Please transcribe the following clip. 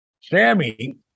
Sammy